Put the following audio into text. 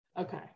Okay